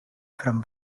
from